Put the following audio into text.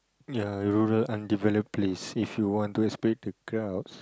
ya rural undeveloped place if you want to experience the crowds